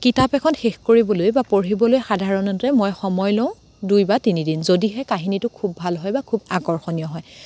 কিতাপ এখন শেষ কৰিবলৈ বা পঢ়িবলৈ সাধাৰণতে মই সময় লওঁ দুই বা তিনিদিন যদিহে কাহিনীটো খুব ভাল হয় বা খুব আকৰ্ষণীয় হয়